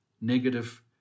negative